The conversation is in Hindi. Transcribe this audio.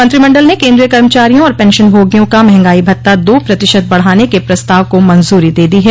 मंत्रिमंडल ने केन्द्रीय कर्मचारियों और पेशनभोगियों का मंहगाई भत्ता दो प्रतिशत बढ़ाने के प्रस्ताव को मंज्री दे दी है